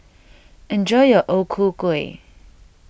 enjoy your O Ku Kueh